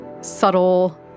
subtle